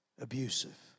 Abusive